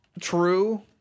true